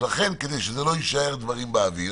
לכן, כדי שלא יישארו דברים באוויר,